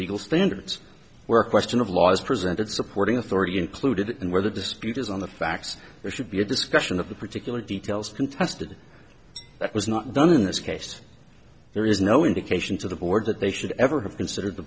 legal standards where a question of law is presented supporting authority included and where the dispute is on the facts there should be a discussion of the particular details contested that was not done in this case there is no indication to the board that they should ever have considered the